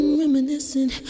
reminiscing